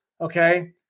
okay